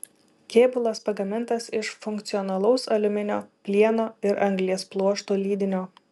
kėbulas pagamintas iš funkcionalaus aliuminio plieno ir anglies pluošto lydinio